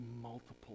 multiple